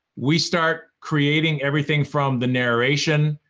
we start creating everything from the narration,